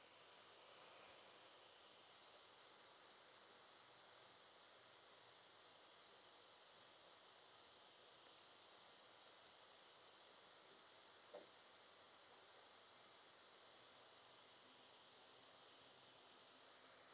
s